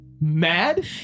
Mad